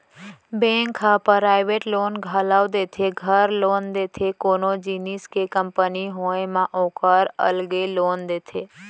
bank ह private loan घलौ देथे, घर लोन देथे, कोनो जिनिस के कंपनी होय म ओकर अलगे लोन देथे